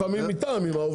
לפעמים עם העובדים,